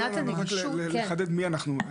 לא, רק לחדד מי אנחנו.